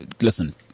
listen